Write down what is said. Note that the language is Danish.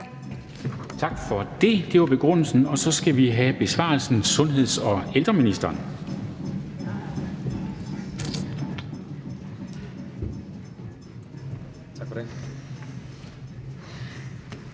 Tak for det. Det var begrundelsen. Så skal vi have besvarelsen. Sundheds- og ældreministeren. Kl.